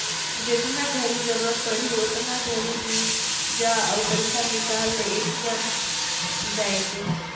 जेतना घरी जरूरत पड़ही ओतना घरी जा अउ पइसा निकाल ले ए.टी.एम जायके